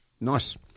nice